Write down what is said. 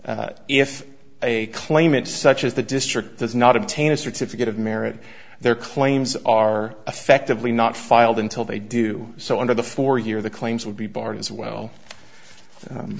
if a claimant such as the district does not obtain a certificate of merit their claims are effectively not filed until they do so under the four year the claims will be barred as well